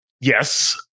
yes